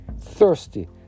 thirsty